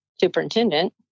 superintendent